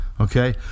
Okay